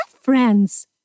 friends